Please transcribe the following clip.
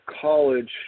college